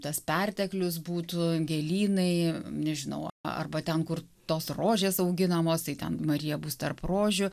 tas perteklius būtų gėlynai nežinau arba ten kur tos rožės auginamos tai ten marija bus tarp rožių